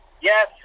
Yes